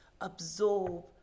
absorb